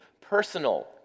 personal